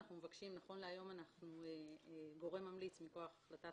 נכון להיום אנחנו גורם ממליץ מכוח החלטת